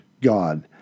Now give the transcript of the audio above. God